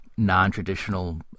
non-traditional